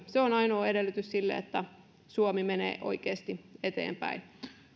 se on ainoa edellytys sille että suomi menee oikeasti eteenpäin